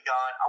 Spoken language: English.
God